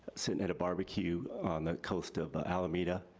and barbecue on the coast of ah alameda,